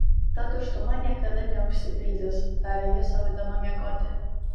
ta tuštuma niekada neužsipildys tarė ji sau eidama miegoti